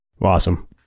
Awesome